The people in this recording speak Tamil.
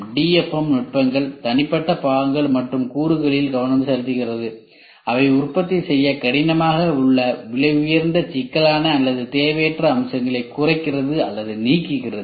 DFM நுட்பங்கள் தனிப்பட்ட பாகங்கள் மற்றும் கூறுகளில் கவனம் செலுத்துகின்றன அவை உற்பத்தி செய்ய கடினமாக உள்ள விலையுயர்ந்த சிக்கலான அல்லது தேவையற்ற அம்சங்களை குறைக்கின்றது அல்லது நீக்குகின்றது